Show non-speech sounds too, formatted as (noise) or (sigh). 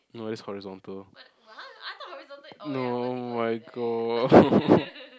no that's horizontal no my god (laughs)